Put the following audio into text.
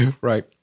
Right